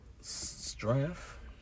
Strength